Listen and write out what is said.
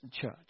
church